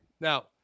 Now